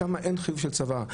כי שם אין חיוב של צבא.